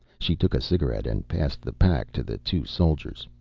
she took a cigarette and passed the pack to the two soldiers.